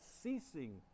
ceasing